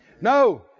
No